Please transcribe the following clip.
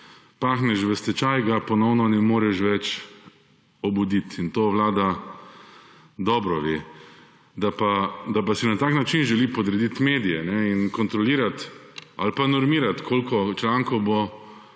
pahneš v stečaj ga ponovno ne moreš več obuditi. In to vlada dobro ve. Da pa si na tak način želi podrediti medije in kontrolirati ali pa normirati koliko člankov bo